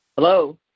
Hello